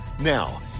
Now